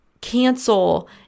cancel